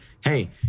hey